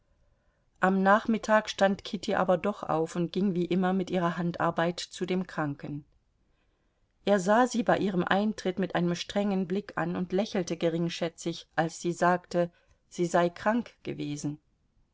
am nachmittag stand kitty aber doch auf und ging wie immer mit ihrer handarbeit zu dem kranken er sah sie bei ihrem eintritt mit einem strengen blick an und lächelte geringschätzig als sie sagte sie sei krank gewesen